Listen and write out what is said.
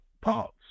parts